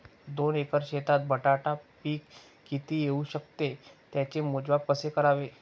दोन एकर शेतीत बटाटा पीक किती येवू शकते? त्याचे मोजमाप कसे करावे?